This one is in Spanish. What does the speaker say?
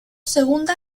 segunda